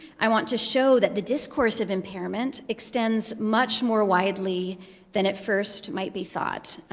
i want to show that the discourse of impairment extends much more widely than it first might be thought,